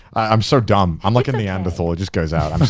i'm so dumb, i'm like a neanderthal, it just goes out,